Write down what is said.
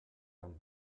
him